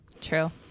True